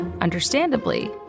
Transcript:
Understandably